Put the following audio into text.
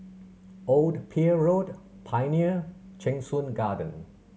Old Pier Road Pioneer Cheng Soon Garden